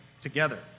together